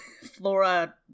Flora